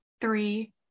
three